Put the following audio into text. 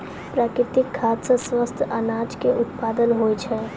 प्राकृतिक खाद सॅ स्वस्थ अनाज के उत्पादन होय छै